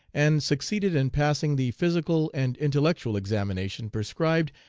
and succeeded in passing the physical and intellectual examination prescribed,